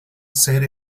ser